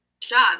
job